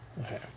Okay